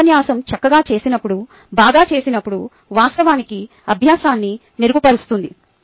ఈ ఉపన్యాసం చక్కగా చేసినప్పుడు బాగా చేసినప్పుడు వాస్తవానికి అభ్యాసాన్ని మెరుగుపరుస్తుంది